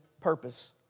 purpose